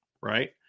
right